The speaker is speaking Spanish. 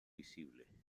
visibles